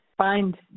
find